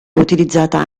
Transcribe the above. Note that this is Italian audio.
utilizzata